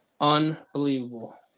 Unbelievable